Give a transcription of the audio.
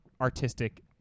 artistic